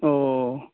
ও